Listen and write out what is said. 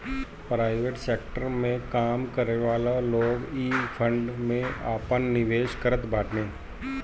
private sector में काम करेवाला लोग इ फंड में आपन निवेश करत बाने